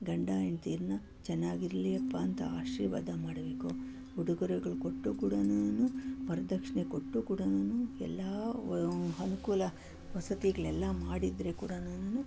ಗಂಡ ಹೆಂಡ್ತೀರನ್ನ ಚೆನ್ನಾಗಿರಲಪ್ಪಾ ಅಂತ ಆಶೀರ್ವಾದ ಮಾಡಬೇಕು ಉಡುಗೊರೆಗಳು ಕೊಟ್ಟರೂ ಕೂಡನೂ ವರದಕ್ಷಿಣೆ ಕೊಟ್ಟರೂ ಕೂಡನೂ ಎಲ್ಲ ಅನುಕೂಲ ವಸತಿಗಳೆಲ್ಲ ಮಾಡಿದರೂ ಕೂಡನೂ